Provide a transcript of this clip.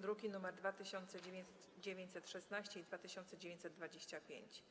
(druki nr 2916 i 2925)